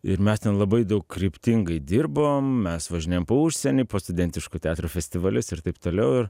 ir mes ten labai daug kryptingai dirbom mes važinėjam po užsienį po studentiškų teatrų festivalius ir taip toliau ir